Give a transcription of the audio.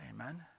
Amen